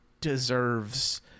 deserves